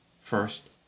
First